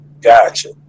Gotcha